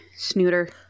snooter